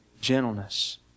gentleness